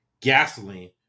gasoline